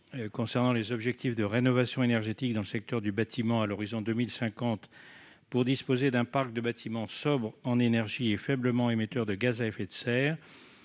concernant les objectifs de rénovation énergétique dans le secteur du bâtiment à l'horizon 2050, afin de disposer d'un parc de bâtiments sobres en énergie et faiblement émetteurs de gaz à effet de serre.